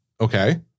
Okay